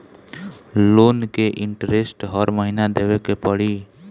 Loan के interest हर महीना देवे के पड़ी?